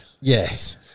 Yes